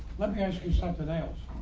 let me ask you something else.